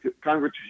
Congress